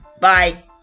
bye